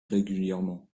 régulièrement